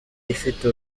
ifite